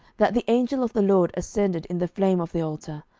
that the angel of the lord ascended in the flame of the altar.